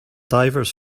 divers